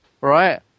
right